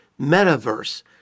metaverse